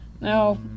No